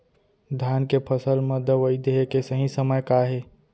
धान के फसल मा दवई देहे के सही समय का हे?